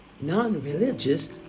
non-religious